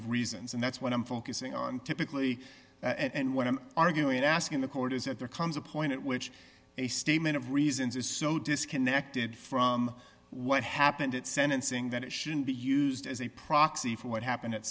of reasons and that's what i'm focusing on typically and what i'm arguing and asking the court is that there comes a point at which a statement of reasons is so disconnected from what happened at sentencing that it shouldn't be used as a proxy for what happened at